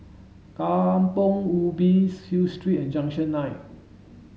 Kampong Hill Street and Junction nine